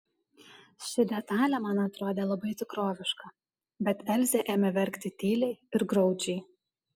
ši detalė man atrodė labai tikroviška bet elzė ėmė verkti tyliai ir graudžiai